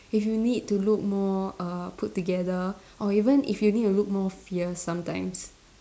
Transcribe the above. if you need to look more err put together or even if you need to look more fierce sometimes